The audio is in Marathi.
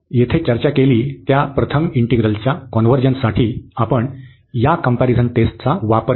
येथे चर्चा केली त्या प्रथम इंटिग्रलच्या कॉन्व्हर्जन्ससाठी आपण या कम्पॅरिझन टेस्टचा वापर करू